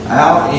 out